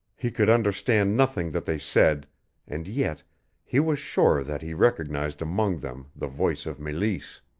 he could understand nothing that they said and yet he was sure that he recognized among them the voice of meleese.